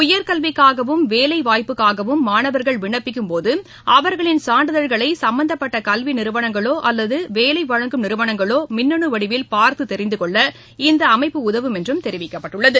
உயர்கல்விக்காகவும் வேலை வாய்ப்புக்காகவும் மாணவர்கள் விண்ணப்பிக்கும் போது அவர்களின் சான்றிதழ்களை சம்பந்தப்பட்ட கல்வி நிறுவனங்களோ அல்லது வேலை வழங்கும் நிறுவனங்களோ மின்னு வடிவில் பார்த்து தெரிந்து கொள்ள இந்த அமைப்பு உதவும் என்றும் தெரிவிக்கப்பட்டுள்ளது